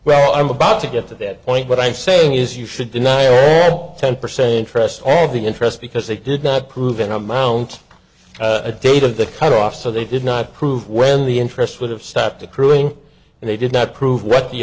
well i'm about to get to that point what i'm saying is you should deny a ten percent interest all the interest because they did not prove an amount a date of the cut off so they did not prove when the interest would have stopped accruing and they did not prove what the